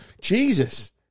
jesus